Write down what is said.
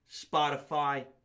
Spotify